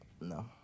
No